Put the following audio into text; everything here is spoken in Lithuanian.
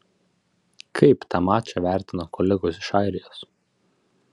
kaip tą mačą vertino kolegos iš airijos